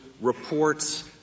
reports